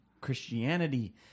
Christianity